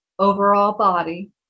overallbody